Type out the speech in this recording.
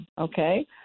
okay